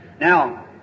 Now